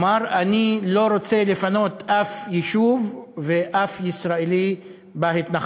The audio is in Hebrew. הוא אמר: אני לא רוצה לפנות אף יישוב ואף ישראלי בהתנחלויות,